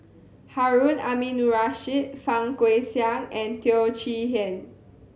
Harun Aminurrashid Fang Guixiang and Teo Chee Hean